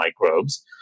microbes